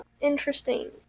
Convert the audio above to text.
interesting